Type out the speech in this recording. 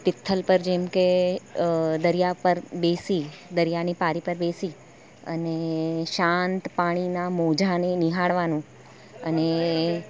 તિથલ પર જેમકે દરિયા પર બેસી દરિયાની પાળી પર બેસી અને શાંત પાણીના મોજાને નિહાળવાનું અને